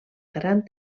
gran